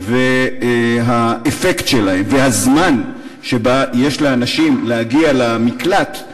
והאפקט שלהן והזמן שיש לאנשים להגיע למקלט,